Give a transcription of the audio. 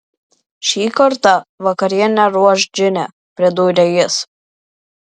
šį kartą vakarienę ruoš džine pridūrė jis